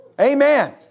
Amen